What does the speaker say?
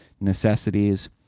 necessities